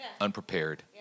unprepared